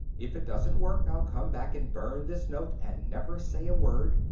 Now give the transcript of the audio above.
if it doesn't work, i'll come back and burn this note and never say a word.